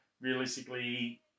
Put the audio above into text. realistically